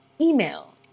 Email